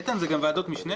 איתן, אלה גם ועדות משנה?